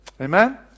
Amen